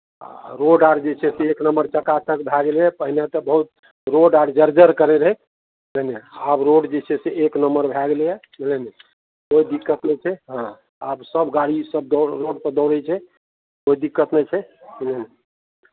आ रोड आर जे छै से एक नम्बर चकाचक भए गेलैए पहिने तऽ बहुत रोड आर जर्जर करैत रहै बुझलियै आब रोड जे छै से एक नम्बर भए गेलैए बुझलियै कोइ दिक्कत नहि छै हँ आब सभ गाड़ीसभ दौड़ रोडपर दौड़ै छै कोइ दिक्कत नहि छै बुझलियै